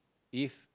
if